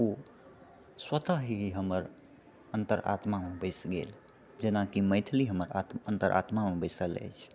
ओ स्वतः ही हमर अन्तरात्मामे बसि गेल जेनाकि मैथिली हमर आत्म अन्तरात्मामे बसिल अछि